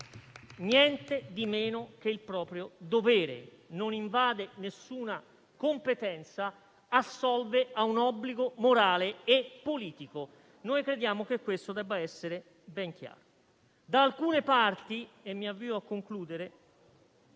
niente di meno che il proprio dovere, non invade alcuna competenza, assolve ad un obbligo morale e politico: crediamo che questo debba essere ben chiaro. Da alcune parti - e mi avvio a concludere